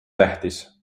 tähtis